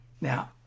Now